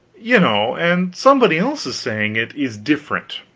you know, and somebody else's saying it, is different.